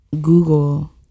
Google